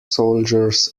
soldiers